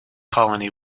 colony